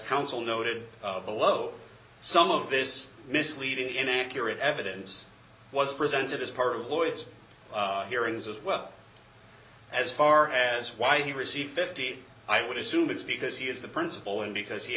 counsel noted below some of this misleading inaccurate evidence was presented as part of lloyd's hearings as well as far as why he received fifty i would assume it's because he is the principal and because he